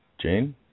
Jane